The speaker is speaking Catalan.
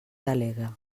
delegue